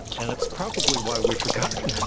and it's probably why we've forgotten it,